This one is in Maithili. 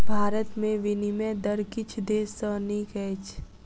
भारत में विनिमय दर किछ देश सॅ नीक अछि